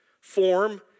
form